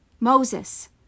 Moses